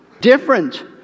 different